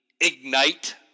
Ignite